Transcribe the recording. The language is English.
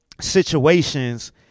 situations